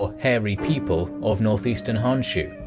ah hairy people of northeastern honshu.